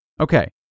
Okay